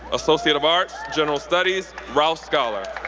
associate of arts, general studies, rouse scholar.